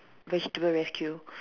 vegetable rescue